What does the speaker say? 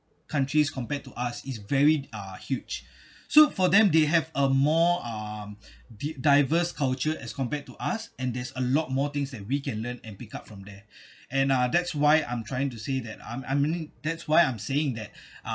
countries compared to us is very uh huge so for them they have a more um the diverse culture as compared to us and there is a lot more things that we can learn and pick up from there and uh that's why I'm trying to say that I'm I'm in that's why I'm saying that